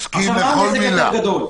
מסכים לכל מילה.